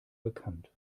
bekannt